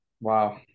Wow